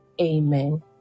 Amen